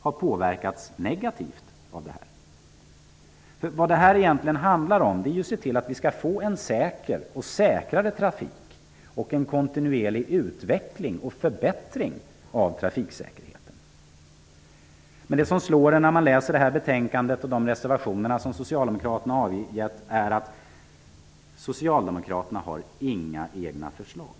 har påverkats negativt av denna ordning? Vad det egentligen handlar om är ju att vi skall se till att få en säker och t.o.m. säkrare trafik och en kontinuerlig utveckling och förbättring av trafiksäkerheten. Men det som slår en när man läser detta betänkande och de reservationer som socialdemokraterna har avgett är att socialdemokraterna inte har några egna förslag.